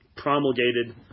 promulgated